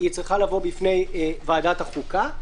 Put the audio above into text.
צריכה לבוא בפני ועדת החוקה,